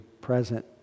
present